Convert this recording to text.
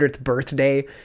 birthday